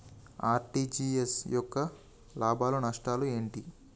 RTGS యొక్క లాభాలు నష్టాలు ఏమిటి?